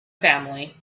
family